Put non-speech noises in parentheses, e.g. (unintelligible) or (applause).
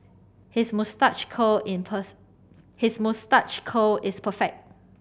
his moustache curl in (unintelligible) his moustache curl is perfect